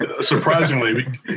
surprisingly